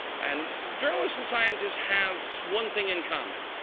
and journalists and scientists have one thing in common.